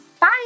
Bye